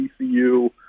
TCU